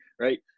Right